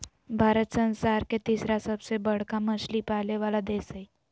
भारत संसार के तिसरा सबसे बडका मछली पाले वाला देश हइ